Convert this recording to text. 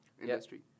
industry